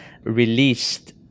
released